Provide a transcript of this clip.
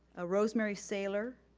ah rosemary saylor,